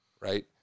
right